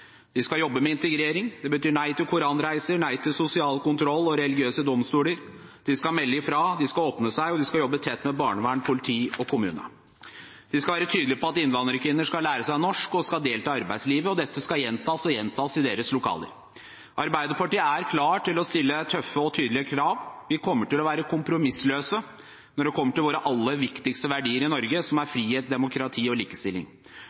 De skal jobbe med integrering. Det betyr nei til koranreiser og nei til sosial kontroll og religiøse domstoler. De skal melde ifra, de skal åpne seg, og de skal jobbe tett med barnevern, politi og kommune. De skal være tydelige på at innvandrerkvinner skal lære seg norsk og delta i arbeidslivet, og dette skal gjentas og gjentas i deres lokaler. Arbeiderpartiet er klar til å stille tøffe og tydelige krav. Vi kommer til å være kompromissløse når det kommer til våre aller viktigste verdier i Norge, som er frihet, demokrati og likestilling.